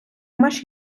меш